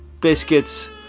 biscuits